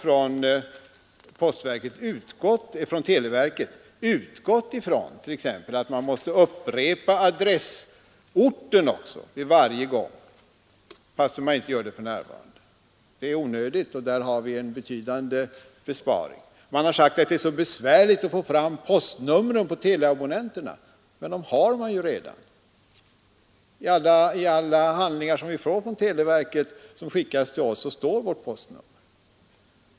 Televerket har t.ex. utgått från att man måste upprepa adressorten varje gång, fastän man inte gör det för närvarande. Det är onödigt, och där har vi en betydande besparing. Man har sagt att det är så besvärligt att få fram postnumren på teleabonnenterna. Men dessa har man ju redan — i alla handlingar som skickas till oss från televerket står vårt postnummer.